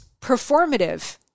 performative